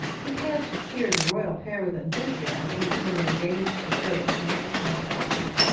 prepared to cheer the royal pair with enthusiasm when they deigned to show themselves upon the balcony.